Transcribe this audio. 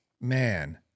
man